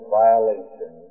violation